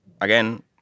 again